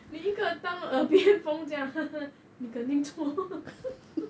你一个当耳边风这样哈哈你肯定错